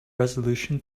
resolution